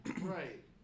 Right